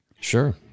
Sure